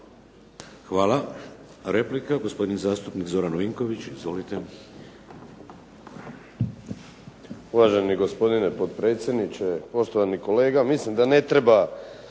Hvala. Replika, gospodin zastupnik Zoran Vinković. Izvolite.